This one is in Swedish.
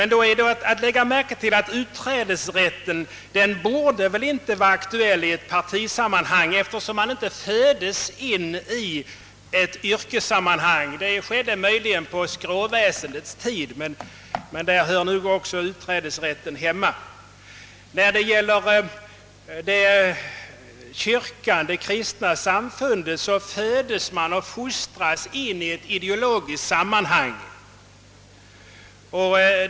Nu är det väl ändå så att utträdesrätten inte borde vara aktuell i partisammanhang, eftersom man inte föds in i ett yrkessammanhang — detta skedde möjligen på skråväsendets tid, och där må också den politiska utträdesrätten höra hemma! När det gäller kristna samfund, vill jag säga att man föds och fostras in i ideologiska sammanhang.